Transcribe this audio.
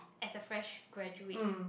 as a fresh graduate